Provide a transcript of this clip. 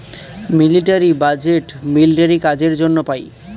military budget military কাজের জন্য পাই